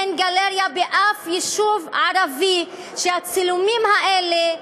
אין גלריה באף יישוב ערבי שהצילומים האלה,